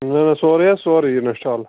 نہَ نہَ سورُے حظ سورُے اِنَسٹال